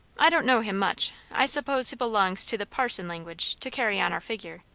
i don't know him much. i suppose he belongs to the parson language, to carry on our figure.